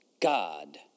God